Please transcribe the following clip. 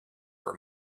for